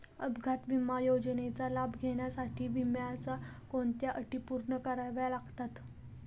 अपघात विमा योजनेचा लाभ घेण्यासाठी विम्याच्या कोणत्या अटी पूर्ण कराव्या लागतात?